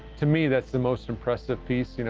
to me, that's the most impressive piece. you know